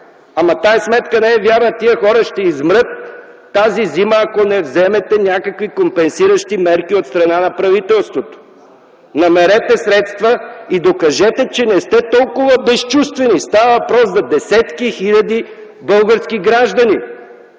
Но тази сметка не е вярна. Тези хора ще измрат тази зима, ако не вземете някакви компенсиращи мерки от страна на правителството. Намерете средства и докажете, че не сте толкова безчувствени. Става въпрос за десетки и хиляди български граждани,